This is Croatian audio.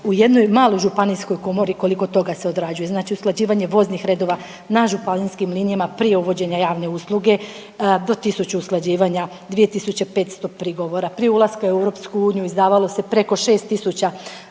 u jednoj maloj županijskoj komori koliko toga se odrađuje. Znači usklađivanje voznih redova na županijskim linijama prije uvođenja javne usluge do 1000 usklađivanja, 205 prigovora, prije ulaska u EU izdavalo se preko 6000 dozvola,